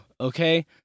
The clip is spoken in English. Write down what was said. Okay